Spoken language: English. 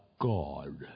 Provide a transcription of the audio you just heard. God